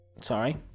Sorry